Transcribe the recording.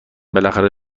بالاخره